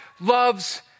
loves